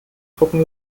drucken